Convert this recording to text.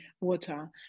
water